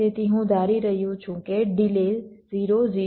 તેથી હું ધારી રહ્યો છું કે ડિલે 0 0 અને 0